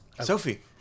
Sophie